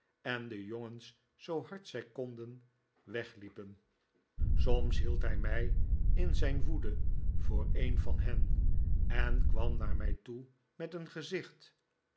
en de jongens zoo hard zij konden wegliepen soms hield hij mij in zijn woede voor een van hen en kwam naar mij toe met een gezicht